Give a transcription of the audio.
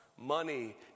money